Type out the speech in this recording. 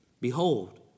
Behold